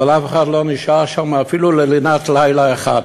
אבל אף אחד לא נשאר שם אפילו ללינת לילה אחד,